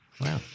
wow